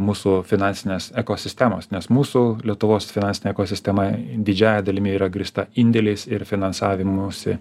mūsų finansinės ekosistemos nes mūsų lietuvos finansinę ekosistemą didžiąja dalimi yra grįsta indėliais ir finansavimusi